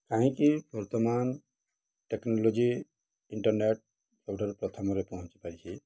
କାହିଁକି ବର୍ତ୍ତମାନ technology internet ସବୁଠାରୁ ପ୍ରଥମରେ ପହଞ୍ଚି ପାରିଛି